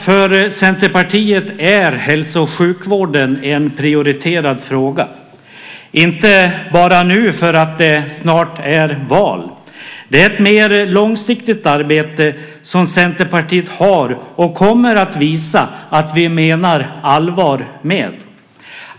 För Centerpartiet är hälso och sjukvården en prioriterad fråga - inte bara nu därför att det snart är val, utan det är ett långsiktigt arbete som Centerpartiet har och kommer att visa att vi menar allvar med.